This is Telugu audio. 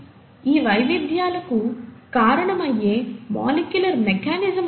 ఈ వైవిధ్యాలకు కారణమయ్యే మాలిక్యులార్ మెకానిజం ఏమిటి